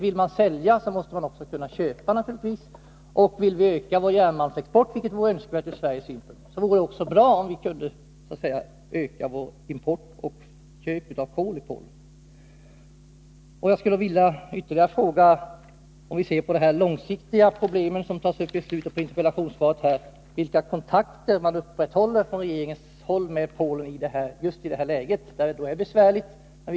Vill man sälja, måste man naturligtvis också kunna köpa, och om vi vill öka vår järnmalmsexport — vilket vore önskvärt ur Sveriges synpunkt — vore det också bra om vi kunde öka våra köp av kol från Polen. Jag vill dessutom med tanke på de långsiktiga problem som tas upp i slutet av interpellationssvaret fråga vilka kontakter regeringen upprätthåller med Polen i nuvarande besvärliga läge.